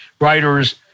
writers